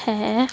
ਹੈ